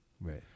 Right